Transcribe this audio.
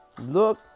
look